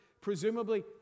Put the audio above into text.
Presumably